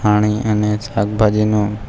પાણી અને શાકભાજીનું